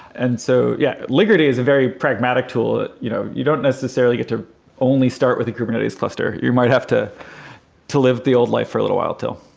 and so yeah, linkerd is a very pragmatic tool. you know you don't necessarily get to only start with a kubernetes cluster. you might have to to live the old life for little while too.